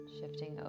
shifting